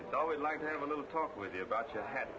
it's always like to have a little talk with you about your head